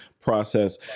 process